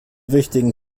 wichtigen